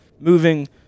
moving